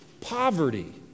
poverty